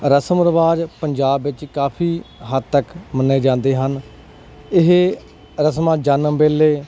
ਰਸਮ ਰਿਵਾਜ਼ ਪੰਜਾਬ ਵਿੱਚ ਕਾਫੀ ਹੱਦ ਤੱਕ ਮੰਨੇ ਜਾਂਦੇ ਹਨ ਇਹ ਰਸਮਾਂ ਜਨਮ ਵੇਲੇ